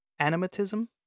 animatism